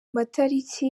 matariki